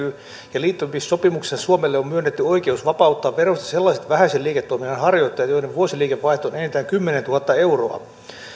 ja liittymissopimuksissa suomelle on myönnetty oikeus vapauttaa verosta sellaiset vähäisen liiketoiminnan harjoittajat joiden vuosiliikevaihto on enintään kymmenentuhatta euroa